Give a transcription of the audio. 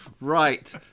Right